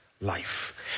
life